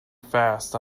fast